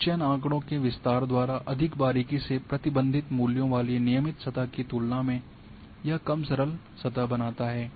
परिचयन आँकड़ों के विस्तार द्वारा अधिक बारीकी से प्रतिबंधित मूल्यों वाली नियमित सतह की तुलना में यह कम सरल सतह बनाता है